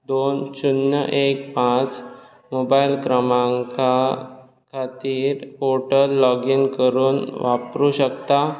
दोन शुन्य एक पांच मोबायल क्रमांका खातीर पाॅर्टल लाॅगीन करून वापरूंक शकता